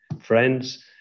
friends